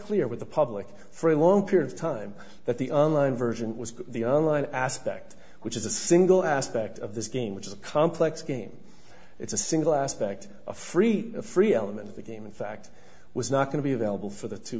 clear with the public for a long period of time that the online version was the online aspect which is a single aspect of this game which is a complex game it's a single aspect of free a free element of the game in fact was not going to be available for the two